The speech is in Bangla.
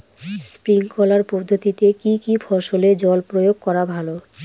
স্প্রিঙ্কলার পদ্ধতিতে কি কী ফসলে জল প্রয়োগ করা ভালো?